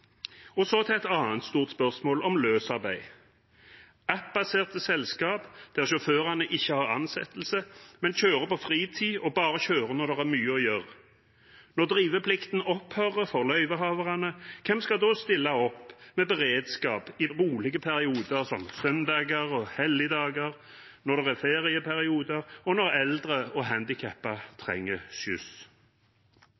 Så til annet stort spørsmål, om løsarbeid, om app-baserte selskaper der sjåførene ikke har ansettelse, men kjører i fritiden, og som bare kjører når det er mye å gjøre: Når driveplikten opphører for løyvehaverne, hvem skal da stille opp med beredskap i rolige perioder, som søndager og helligdager, når det er ferieperioder, og når eldre og